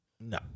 No